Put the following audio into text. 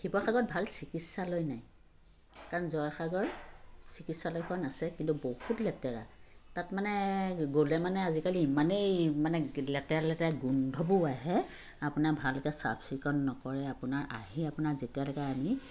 শিৱসাগৰত ভাল চিকিৎসালয় নাই কাৰণ জয়সাগৰ চিকিৎসালয়খন আছে কিন্তু বহুত লেতেৰা তাত মানে গ'লে মানে আজিকালি ইমানেই মানে লেতেৰা লেতেৰা গোন্ধবোৰ আহে আপোনাৰ ভালকৈ চাফচিকুণ নকৰে আপোনাৰ আহি আপোনাৰ যেতিয়ালৈকে আহি